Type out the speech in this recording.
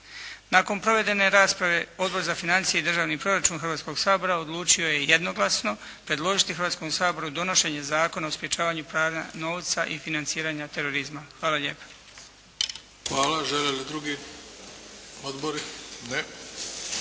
Nakon provedene rasprave Odbor za financije i državni proračun Hrvatskoga sabora odlučio je jednoglasno predložiti Hrvatskom saboru donošenje Zakona o sprječavanju pranja novca i financiranja terorizma. Hvala lijepa. **Bebić, Luka (HDZ)** Hvala. Žele li drugi odbori? Ne.